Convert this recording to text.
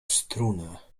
struna